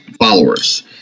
followers